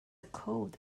code